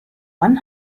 one